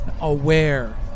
aware